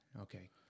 Okay